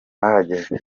bahagaze